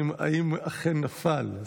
האם הוא אכן נפל?